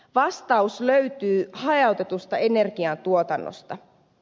vastaus löytyy hajautetusta energiantuotannosta